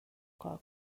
کار